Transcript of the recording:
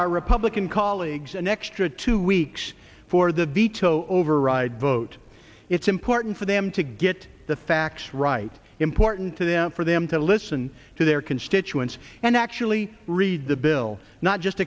our republican colleagues an extra two weeks for the b to override vote it's important for them to get the facts right important to them for them to listen to their constituents and actually read the bill not just